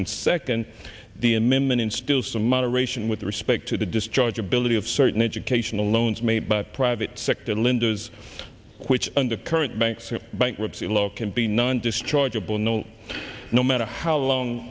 and second the amendment instill some moderation with respect to the discharge ability of certain educational loans made by private sector lynda's which under current banks in bankruptcy law can be non dischargeable no no matter how long